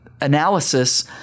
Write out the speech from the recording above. analysis